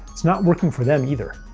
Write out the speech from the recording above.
it's not working for them either.